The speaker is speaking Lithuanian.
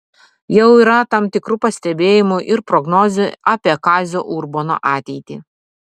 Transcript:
jau yra tam tikrų pastebėjimų ir prognozių apie kazio urbono ateitį